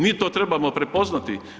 Mi sto trebamo prepoznati.